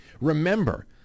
Remember